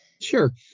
Sure